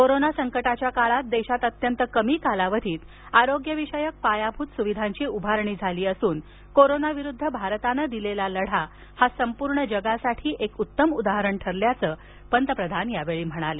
corona संकटाच्या काळात देशात अत्यंत कमी कालावधीत आरोग्य विषयक पायाभूत स्विधांची उआरणी झाली असून कोरोनाविरुद्ध भारतानं दिलेला लढा संपूर्ण जगासाठी एक उत्तम उदाहरण ठरल्याचं पंतप्रधान म्हणाले